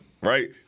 right